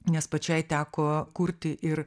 nes pačiai teko kurti ir